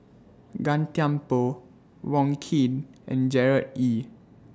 Gan Thiam Poh Wong Keen and Gerard Ee